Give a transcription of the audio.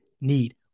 need